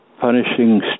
punishing